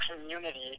community